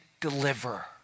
deliver